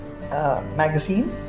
magazine